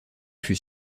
fut